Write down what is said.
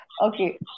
Okay